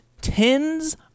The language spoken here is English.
tens